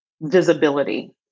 visibility